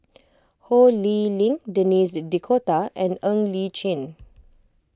Ho Lee Ling Denis D'Cotta and Ng Li Chin